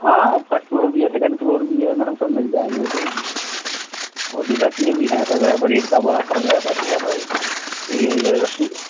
हाँ हाँ first floor भी है सेकंड फ्लोर भी है मैडम सब मिल जाएँगे वह तो और डुप्लेक्स में भी है सब है पर रेट का बड़ा फ़र्क़ रहता है थोड़ा सा यह है यह है जी